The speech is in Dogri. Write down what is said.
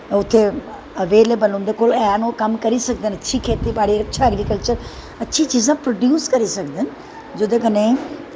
उत्थें अवेलेवल उंदे कोल हैन कम्म करी सकदे अच्छी खेत्ती बाड़ी अच्चा ऐग्रीकल्चर अच्छी चीज़ां प्रोडयूस करी सकदे न जेह्दे कन्नैं